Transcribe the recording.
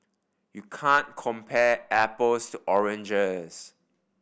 you can compare apples to oranges